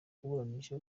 kuburanisha